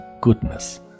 goodness